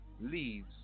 leaves